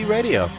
Radio